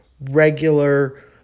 regular